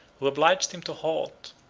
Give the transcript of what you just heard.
who obliged him to halt,